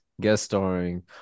guest-starring